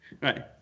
Right